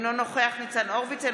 אינו נוכח ניצן הורוביץ,